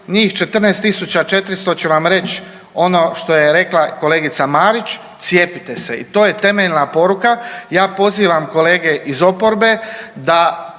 njih 14.400 će vam reć ono što je rekla kolegica Marić cijepite se i to je temeljna poruka. Ja pozivam kolege iz oporbe da